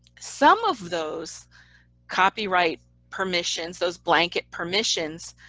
some of those copyright permissions, those blanket permissions,